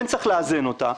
כן צריך לאזן אותה,